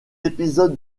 épisode